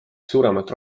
suuremat